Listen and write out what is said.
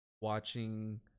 watching